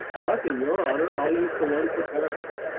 but in your honor, i'll use the one for paris.